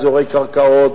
אזורי קרקעות,